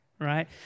Right